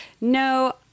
No